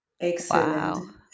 Excellent